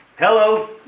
Hello